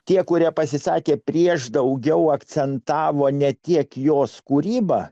tie kurie pasisakė prieš daugiau akcentavo ne tiek jos kūrybą